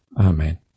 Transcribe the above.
Amen